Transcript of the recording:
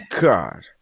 God